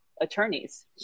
attorneys